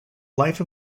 life